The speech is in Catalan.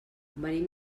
venim